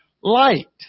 light